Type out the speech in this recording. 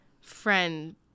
friend